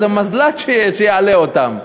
איזה מזל"ט שיעלה אותם.